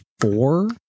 four